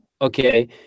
okay